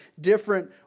different